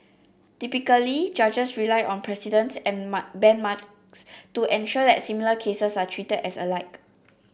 typically judges rely on precedents and mark benchmarks to ensure that similar cases are treated as alike